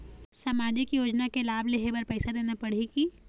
सामाजिक योजना के लाभ लेहे बर पैसा देना पड़ही की?